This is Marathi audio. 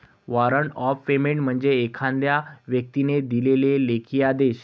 वॉरंट ऑफ पेमेंट म्हणजे एखाद्या व्यक्तीने दिलेला लेखी आदेश